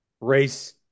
race